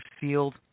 Field